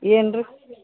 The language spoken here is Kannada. ಏನು ರಿ